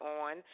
on